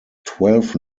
twelve